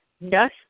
yes